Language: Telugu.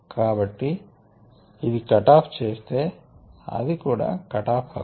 కాబట్టి ఇది కట్ ఆఫ్ చేస్తే ఇది కూడా కట్ ఆఫ్ అగును